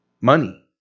Money